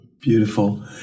Beautiful